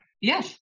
yes